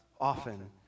often